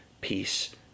peace